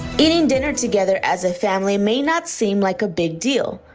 eating dinner together as a family may not seem like a big deal.